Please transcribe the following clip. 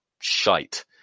shite